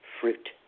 fruit